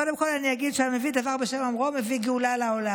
קודם כול אני אגיד שהמביא דבר בשם אומרו מביא גאולה לעולם.